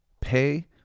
pay